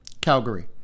Calgary